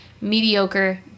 mediocre